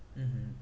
mmhmm